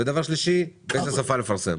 ודבר שלישי: באיזו שפה לפרסם?